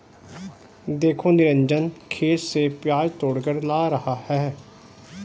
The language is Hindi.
देखो निरंजन खेत से प्याज तोड़कर ला रहा है